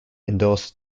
endorsed